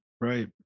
Right